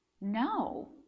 no